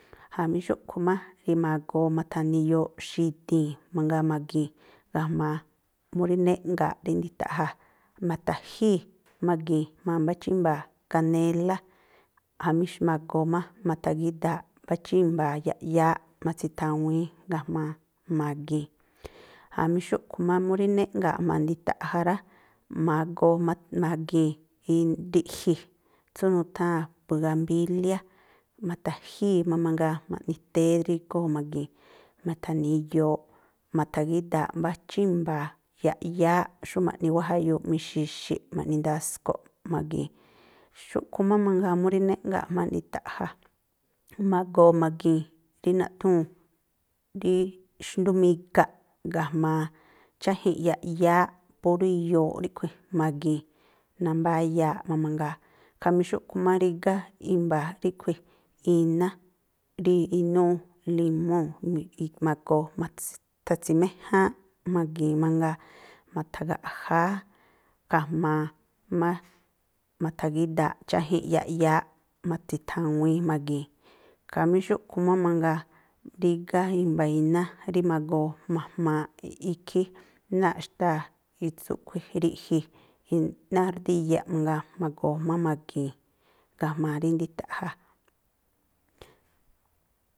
Jamí xúꞌkhui̱ má, ma̱goo ma̱tha̱ni̱ iyooꞌ xi̱di̱i̱n mangaa ma̱gi̱i̱n ga̱jma̱a mú jnéꞌŋga̱a̱ꞌ rí ndita̱ꞌja̱. Ma̱ta̱jíi̱ ma̱gi̱i̱n jma̱a mbá chímba̱a̱ kanélá, jamí ma̱goo má ma̱tha̱gída̱aꞌ mbá chímba̱a̱ yaꞌyááꞌ ma̱tsi̱thawíí ga̱jma̱a ma̱gi̱i̱n. Jamí má mú jnéꞌnga̱a̱ꞌ jma̱a ndita̱ꞌja̱ rá, ma̱goo ma̱gi̱i̱n ri̱ꞌji̱ tsú nutháa̱n bugambíliá, ma̱tha̱jíi̱ má mangaa ma̱ꞌni téé drígóo̱ ma̱gi̱i̱n. Ma̱tha̱ni̱ iyooꞌ, ma̱tha̱gída̱aꞌ mbá chímba̱a̱ yaꞌyááꞌ xú maꞌni wáa̱ jayuuꞌ mixi̱xi̱ꞌ, ma̱ꞌni ndasko̱ꞌ ma̱gi̱i̱n. Xúꞌkhui̱ má mangaa mú rí jnéꞌnga̱a̱ꞌ jma̱a ndita̱ꞌja̱, ma̱goo ma̱gi̱i̱n rí naꞌthúu̱n, rí xndú miga̱ꞌ ga̱jma̱a cháji̱nꞌ yaꞌyááꞌ, púrú iyooꞌ ríꞌkhui̱ ma̱gi̱i̱n. Nambáyaaꞌ má mangaa. Khamí xúꞌkhui̱ má rígá i̱mba̱ ríꞌkhui̱ iná, rí inúú limúu̱ ma̱goo thatsi̱méjáánꞌ ma̱gi̱i̱n mangaa. Ma̱tha̱gaꞌjáá ga̱jma̱a má, ma̱tha̱gída̱aꞌ cháji̱nꞌ yaꞌyááꞌ ma̱tsi̱thaŋuíí ma̱gi̱i̱n. Khamí xúꞌkhui̱ má mangaa, rígá i̱mba̱ iná rí ma̱goo ma̱jmaaꞌ ikhí, náa̱ꞌ xtáa̱ i tsúꞌkhui̱ ri̱ꞌji̱, iná rdíyaꞌ mangaa, ma̱goo má ma̱giin ga̱jma̱a rí dita̱ꞌja̱.